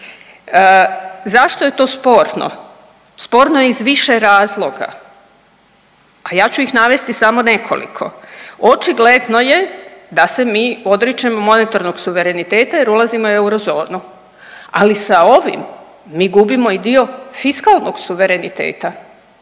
Zašto je to sporno? Sporno je iz više razloga, a ja ću ih navesti samo nekoliko. Očigledno je da se mi odričemo monetornog suvereniteta jer ulazimo u eurozonu, ali sa ovim mi gubimo i dio fiskalnog suvereniteta